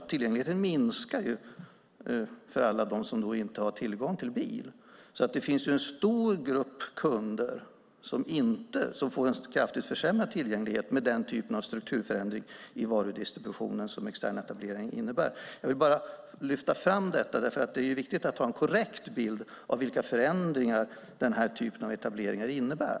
Tillgängligheten minskar ju för alla dem som inte har tillgång till bil. Det finns en stor grupp kunder som får en kraftigt försämrad tillgänglighet med den typen av strukturförändring i varudistributionen som externetablering innebär. Jag vill bara lyfta fram detta därför att det är viktigt att ha en korrekt bild av vilka förändringar den här typen av etableringar innebär.